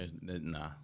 Nah